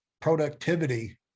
productivity